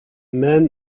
man